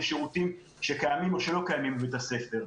שירותים שקיימים או שלא קיימים בבית הספר.